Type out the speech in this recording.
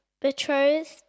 betrothed